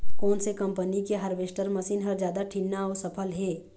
कोन से कम्पनी के हारवेस्टर मशीन हर जादा ठीन्ना अऊ सफल हे?